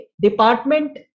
department